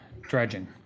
dredging